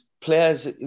players